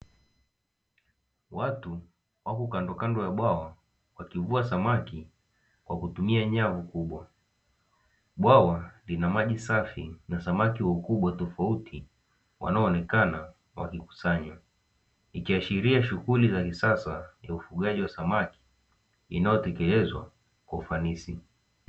Watu wako kandokando ya bwawa, wakivua samaki kwakutumia nyavu kubwa. Bwawa lina maji safi na samaki wakubwa tofauti wanaonekana wakikusanywa. Ikiashiria shughuli za kisasa ya ufugaji wa samaki inayotekelezwa kwa ufanisi.